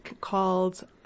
called